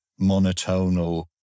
monotonal